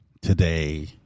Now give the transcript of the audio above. today